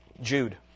Jude